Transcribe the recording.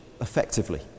effectively